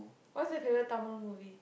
what's your favourite Tamil movie